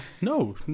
No